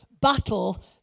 battle